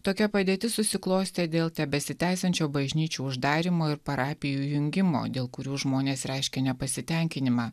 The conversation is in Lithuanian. tokia padėtis susiklostė dėl tebesitęsiančio bažnyčių uždarymo ir parapijų jungimo dėl kurių žmonės reiškia nepasitenkinimą